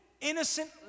innocent